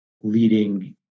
leading